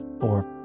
four